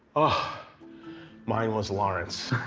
ah mine was lawrence.